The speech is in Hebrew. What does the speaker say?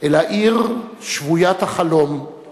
"אל העיר שבוית החלום /